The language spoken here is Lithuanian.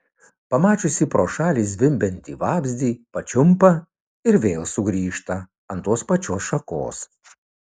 pamačiusi pro šalį zvimbiantį vabzdį pačiumpa ir vėl sugrįžta ant tos pačios šakos